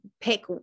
pick